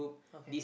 okay